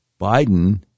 Biden